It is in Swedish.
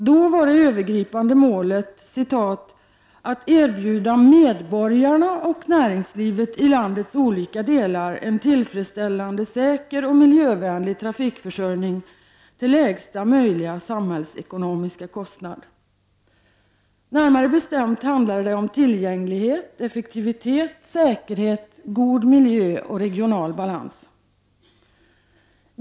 Då var det övergripande målet ”att erbjuda medborgarna och näringslivet i landets olika delar en tillfredsställande, säker och miljövänlig trafikförsörjning till lägsta möjliga samhällsekonomiska kostnad”. Närmare bestämt handlade det om ”tillgänglighet, effektivitet, säkerhet, god miljö och regional balans”.